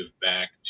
back